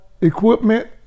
equipment